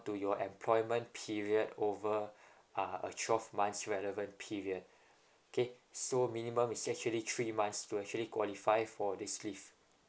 to your employment period over uh a twelve months relevant period okay so minimum is actually three months to actually qualify for this leave